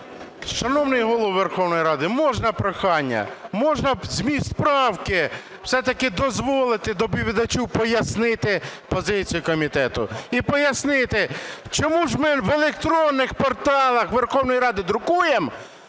Шановний Голово Верховної Ради, можна прохання? Можна замість правки все-таки дозволити доповідачу пояснити позицію комітету? І пояснити, чому ж ми в електронних порталах Верховної Ради друкуємо,